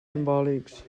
simbòlics